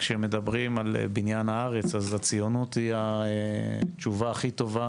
כשמדברים על בניין הארץ אז הציונות היא התשובה הכי טובה